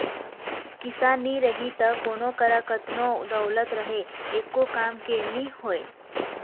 किसान नी रही त कोनों करा कतनो दउलत रहें एको काम के नी होय